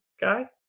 guy